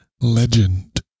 legend